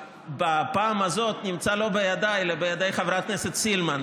בפעם הזאת נמצא לא בידי אלא בידי חברת הכנסת סילמן.